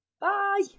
Bye